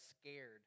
scared